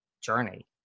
journey